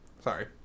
Sorry